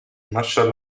martial